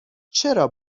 چرا